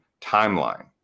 timeline